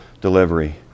delivery